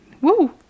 Woo